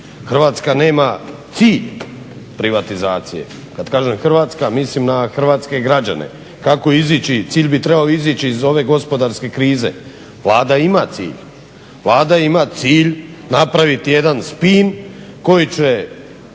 Hrvatska nema cilj privatizacije. Kad kažem Hrvatska mislim na hrvatske građane kako izići, cilj bi trebao izići iz ove gospodarske krize. Vlada ima cilj. Vlada ima cilj napraviti jedan spin koji će